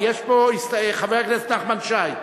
חבר הכנסת נחמן שי,